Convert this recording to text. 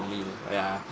lean yeah